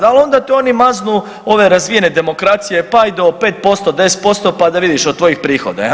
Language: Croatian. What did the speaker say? Ali onda to oni maznu ove razvijene demokracije pa i do 5%, 10% pa da vidiš od tvojih prihoda.